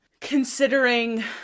considering